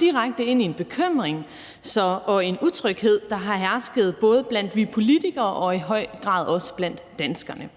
direkte ind i en bekymring og en utryghed, der har hersket, både blandt os politikere og i høj grad også blandt danskerne.